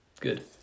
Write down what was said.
Good